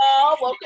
Welcome